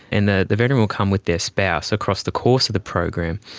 and the the veteran will come with their spouse across the course of the program.